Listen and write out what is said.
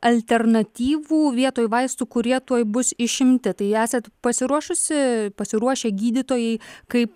alternatyvų vietoj vaistų kurie tuoj bus išimti tai esat pasiruošusi pasiruošę gydytojai kaip